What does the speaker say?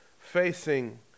facing